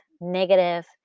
negative